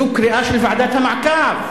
זו קריאה של ועדת המעקב,